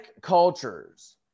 cultures